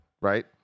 right